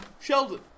Sheldon